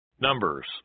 Numbers